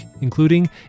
including